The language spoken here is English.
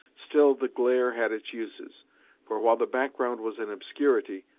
still the glare had its uses for, while the background was in obscurity,